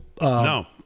No